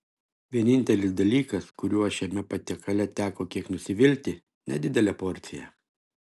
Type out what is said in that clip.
vienintelis dalykas kuriuo šiame patiekale teko kiek nusivilti nedidelė porcija